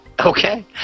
Okay